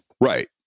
Right